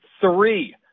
three